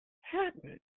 happen